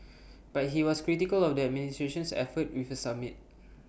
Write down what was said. but he was critical of the administration's efforts with A summit